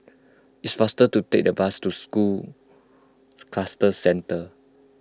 it's faster to take the bus to School Cluster Centre